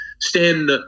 stand